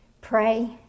pray